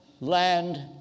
land